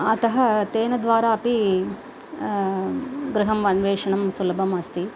अतः तेन द्वारा अपि गृहं अन्वेषणं सुलभम् अस्ति